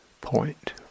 point